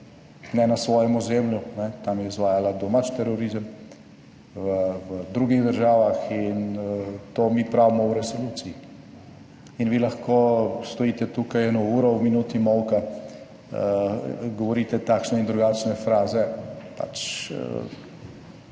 ne na svojem ozemlju, tam je izvajala domač terorizem v drugih državah in to mi pravimo v resoluciji. In vi lahko stojite tukaj eno uro v minuti molka, govorite takšne in drugačne fraze pač,